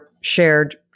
shared